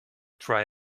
try